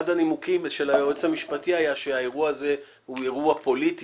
אחד הנימוקים של היועץ המשפטי היה שהאירוע הזה הוא אירוע פוליטי